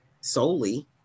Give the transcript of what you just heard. solely